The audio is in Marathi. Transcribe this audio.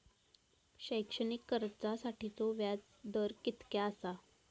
शैक्षणिक कर्जासाठीचो व्याज दर कितक्या आसा?